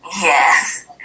Yes